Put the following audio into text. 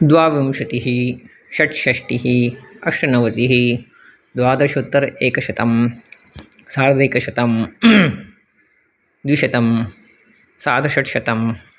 द्वाविंशतिः षट्षष्टिः अष्टनवतिः द्वादशोत्तर् एकशतं सार्धेकशतं द्विशतं सार्धषट्शतम्